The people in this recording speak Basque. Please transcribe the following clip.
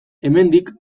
hemendik